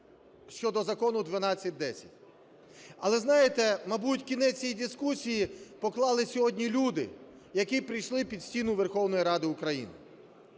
щодо Закону 1210. Але знаєте, мабуть, кінець цієї дискусії поклали сьогодні люди, які прийшли під стіни Верховної Ради України.